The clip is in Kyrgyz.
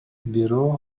бирөө